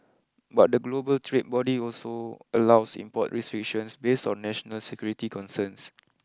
but the global trade body also allows import restrictions based on national security concerns